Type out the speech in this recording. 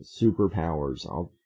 superpowers